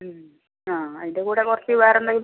ആ അതിൻ്റെ കൂടെ കുറച്ച് വേറെന്തെങ്കിലും